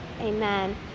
Amen